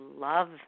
love